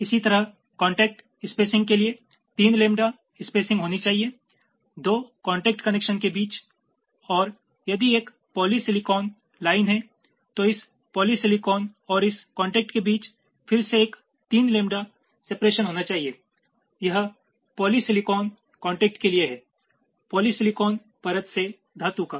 इसी तरह contact spacing के लिए तीन लैम्बडा स्पेसिंग होनी चाहिए दो कॉन्टेक्ट कनेक्शनों के बीच और यदि एक पॉलीसिलिकॉन polysilicon लाइन है तो इस पॉलीसिलिकॉनpolysilicon और इस कॉन्टेक्ट के बीच फिर से एक तीन लैम्बडा सेपरेशन होना चाहिए यह पॉलीसिलिकॉनpolysilicon कॉन्टेक्ट क़े लिये हैं पॉलीसिलिकॉन परत से धातु का